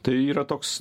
tai yra toks